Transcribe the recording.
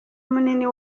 munini